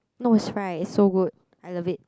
no it's fries it's so good I love it